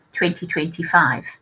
2025